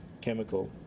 chemical